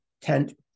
tent